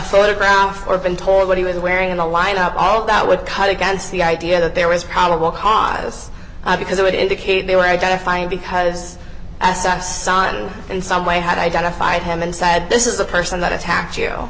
photograph or been told what he was wearing in the lineup all that would cut against the idea that there was probable cause because it would indicate they were identifying because assets son in some way had identified him and said this is the person that attacked you